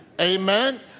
Amen